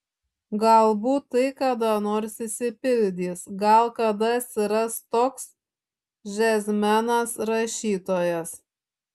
galbūt tai kada nors išsipildys gal kada atsiras toks džiazmenas rašytojas